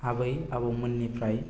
आबै आबौमोननिफ्राय